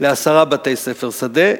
לעשרה בתי-ספר שדה,